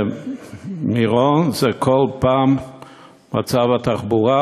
במירון זה כל פעם מצב התחבורה,